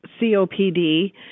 COPD